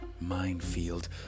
Minefield